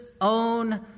own